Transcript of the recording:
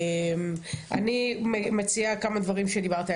אני מציעה כמה דברים שדיברתי עליהם,